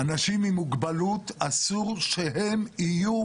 אנשים עם מוגבלות, אסור שהם יהיו